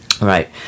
Right